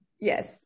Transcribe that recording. yes